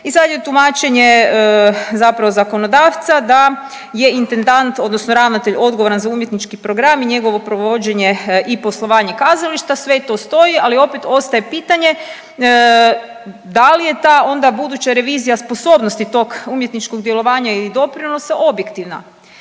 I sad je tumačenje zapravo zakonodavca da je intendant odnosno ravnatelj odgovoran za umjetnički program i njegovo provođenje i poslovanje kazališta, sve to stoji, ali opet ostaje pitanje da li je ta onda buduća revizija sposobnosti tog umjetničkog djelovanja i doprinosa objektivna